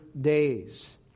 days